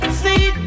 see